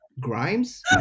grimes